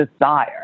desire